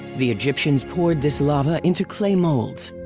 the egyptians poured this lava into clay molds,